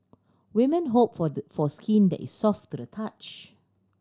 women hope for the for skin that is soft to the touch